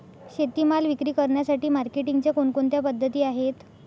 शेतीमाल विक्री करण्यासाठी मार्केटिंगच्या कोणकोणत्या पद्धती आहेत?